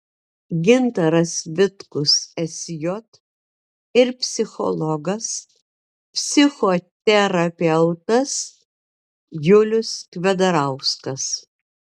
gintaras vitkus sj ir psichologas psichoterapeutas julius kvedarauskas